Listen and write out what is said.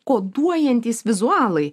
koduojantys vizualai